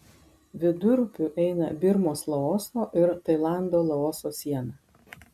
vidurupiu eina birmos laoso ir tailando laoso siena